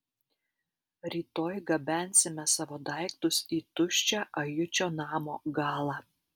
rytoj gabensime savo daiktus į tuščią ajučio namo galą